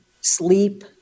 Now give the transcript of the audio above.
sleep